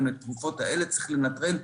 גם לתרופות האלה צריך לנטרל.